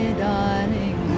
darling